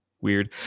weird